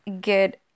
good